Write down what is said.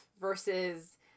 versus